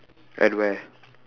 at where